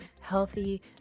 healthy